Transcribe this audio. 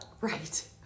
Right